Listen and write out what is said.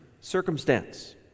circumstance